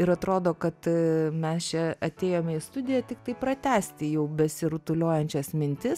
ir atrodo kad mes čia atėjome į studiją tiktai pratęsti jau besirutuliuojančias mintis